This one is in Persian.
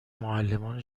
معلمان